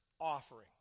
offering